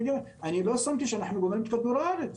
אני לא שמתי לב שאנחנו גומרים את כדור הארץ.